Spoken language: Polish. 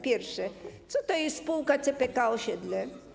Pierwsze: Co to jest spółka CPK Osiedle?